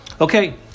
Okay